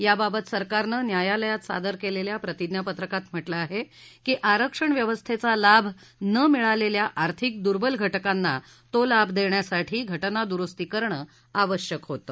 याबाबत सरकारनं न्यायालयात सादर केलेल्या प्रतिज्ञापत्रकात म्हटलंय की आरक्षण व्यवस्थेचा लाभ न मिळालेल्या आर्थिक दुर्बल घटकांना तो लाभ देण्यासाठी घटना दुरुस्ती करणं आवश्यक होतं